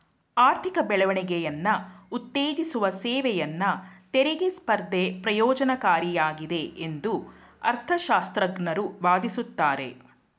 ಆರ್ಥಿಕ ಬೆಳವಣಿಗೆಯನ್ನ ಉತ್ತೇಜಿಸುವ ಸೇವೆಯನ್ನ ತೆರಿಗೆ ಸ್ಪರ್ಧೆ ಪ್ರಯೋಜ್ನಕಾರಿಯಾಗಿದೆ ಎಂದು ಅರ್ಥಶಾಸ್ತ್ರಜ್ಞರು ವಾದಿಸುತ್ತಾರೆ